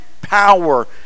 power